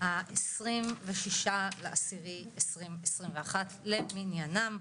ה-26/10/2021 למניינם,